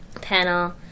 panel